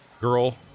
girl